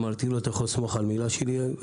אמרתי לו שהוא יכול לסמוך על מילה שלי.